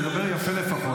תדבר יפה לפחות,